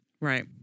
Right